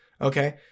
Okay